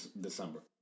December